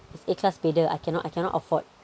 as a class bidder I cannot I cannot afford